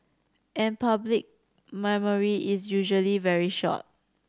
and public memory is usually very short